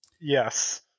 Yes